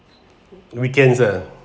weekends ah